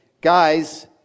guys